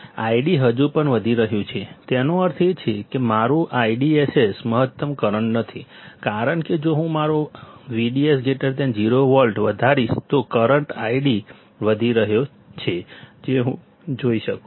ID હજુ પણ વધી રહ્યું છે તેનો અર્થ એ કે મારું IDSS મહત્તમ કરંટ નથી કારણ કે જો હું મારો VDS 0 વોલ્ટ વધારીશ તો કરંટ ID વધી રહ્યો છે જે હું જોઈ શકું છું